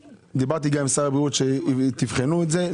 דיברתי עם שר הבריאות שתבחנו את זה,